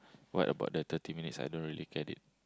what about the thirty minutes I don't really get it